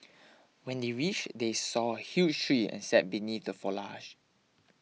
when they reached they saw a huge tree and sat beneath the foliage